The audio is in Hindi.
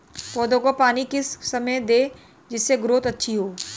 पौधे को पानी किस समय दें जिससे ग्रोथ अच्छी हो?